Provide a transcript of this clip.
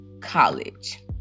college